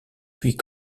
puis